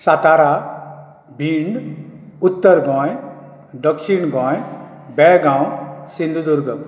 सातार भिंड उत्तर गोंय दक्षीण गोंय बेळगांव सिंधुदुर्ग